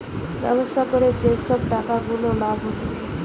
ব্যবসা করে যে সব টাকা গুলা লাভ হতিছে